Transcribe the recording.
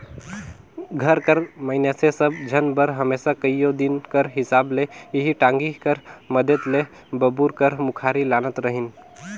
घर कर मइनसे सब झन बर हमेसा कइयो दिन कर हिसाब ले एही टागी कर मदेत ले बबूर कर मुखारी लानत रहिन